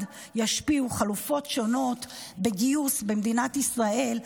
ישפיעו חלופות שונות של גיוס במדינת ישראל,